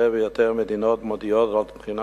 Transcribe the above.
יותר ויותר מדינות מודיעות על בחינה